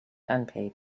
unpaid